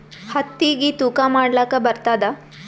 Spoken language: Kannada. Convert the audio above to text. ಹತ್ತಿಗಿ ತೂಕಾ ಮಾಡಲಾಕ ಬರತ್ತಾದಾ?